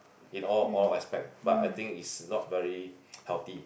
in all all aspect but I think is not very healthy